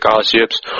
scholarships